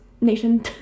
nation